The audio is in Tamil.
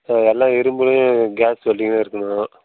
எல்லாம் இரும்பு கேஸ் வெல்டிங்காக இருக்கணும்